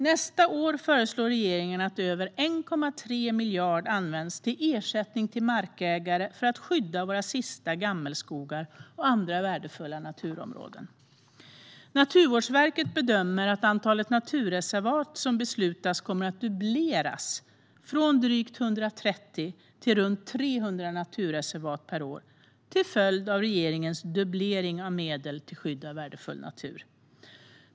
Nästa år föreslår regeringen att över 1,3 miljarder används till ersättning till markägare för att skydda våra sista gammelskogar och andra värdefulla naturområden. Naturvårdsverket bedömer att antalet naturreservat som beslutas kommer att dubbleras, från drygt 130 till runt 300 naturreservat per år, till följd av regeringens dubblering av medel till skydd av värdefull natur.